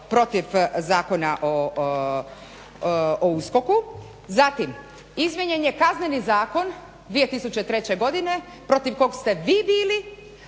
protiv Zakona o USKOK-u. Zatim, izmijenjen je Kazneni zakon 2003. godine protiv kog ste vi bili,